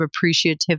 appreciative